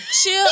chill